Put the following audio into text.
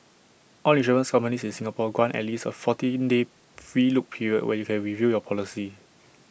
all insurance companies in Singapore grant at least A fourteen day free look period where you can review your policy